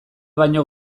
baino